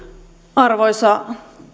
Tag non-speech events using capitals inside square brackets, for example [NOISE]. arvoisa [UNINTELLIGIBLE]